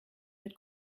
mit